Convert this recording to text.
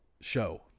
show